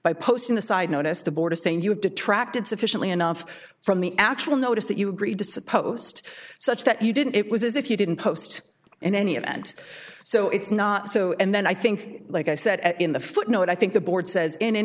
by posting the site notice the border saying you have detracted sufficiently enough from the actual notice that you agreed to suppost such that you didn't it was as if you didn't post in any event so it's not so and then i think like i said in the footnote i think the board says in